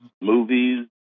movies